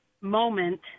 moment